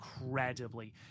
incredibly